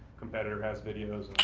competitor has videos